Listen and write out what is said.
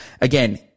again